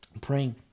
Praying